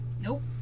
Nope